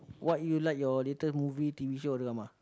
what you like your latest movie t_v show drama